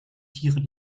tieren